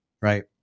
Right